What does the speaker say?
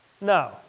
No